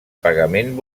pagament